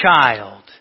child